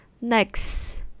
Next